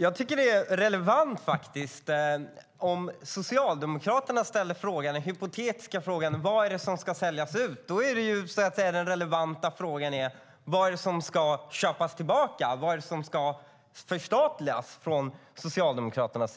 Herr talman! Om Socialdemokraterna ställer en hypotetisk fråga om vad som ska säljas ut är den relevanta frågan: Vad är det som ska köpas tillbaka och förstatligas enligt Socialdemokraterna?